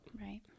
Right